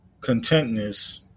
contentness